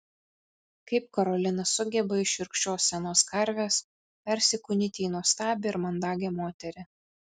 kaip karolina sugeba iš šiurkščios senos karvės persikūnyti į nuostabią ir mandagią moterį